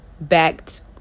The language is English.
backed